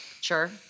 Sure